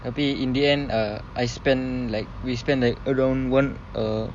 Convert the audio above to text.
tapi in the end err I spent like we spent like around one err